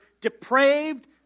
depraved